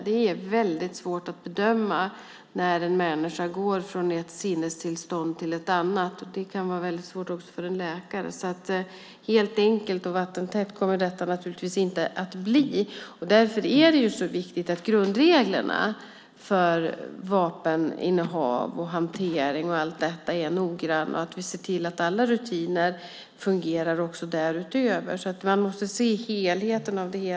Det är väldigt svårt att bedöma när en människa går från ett sinnestillstånd till ett annat. Det kan vara väldigt svårt också för en läkare. Helt enkelt och vattentätt kommer detta naturligtvis inte att bli. Därför är det viktigt att grundreglerna för vapeninnehav och hanteringen är noggranna och att vi ser till att alla rutiner därutöver fungerar. Man måste se helheten.